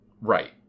Right